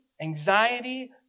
anxiety